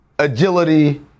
Agility